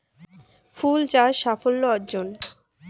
ফুল চাষ সাফল্য অর্জন?